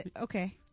Okay